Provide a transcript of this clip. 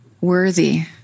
worthy